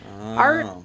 art